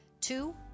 two